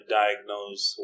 diagnose